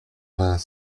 vingt